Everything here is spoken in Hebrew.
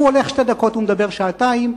הוא הולך שתי דקות ומדבר שעתיים,